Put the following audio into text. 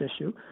issue